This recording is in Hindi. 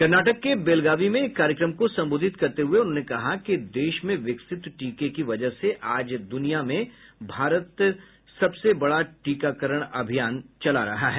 कर्नाटक के बेलगावी में एक कार्यक्रम को संबोधित करते हुये उन्होंने कहा कि देश में विकसित टीके की वजह से आज भारत में दुनिया का सबसे बड़ा टीकाकरण अभियान संभव हो पाया है